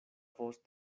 voz